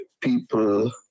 people